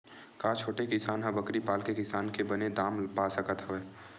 का छोटे किसान ह बकरी पाल के किसानी के बने दाम पा सकत हवय?